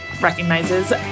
recognizes